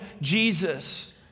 Jesus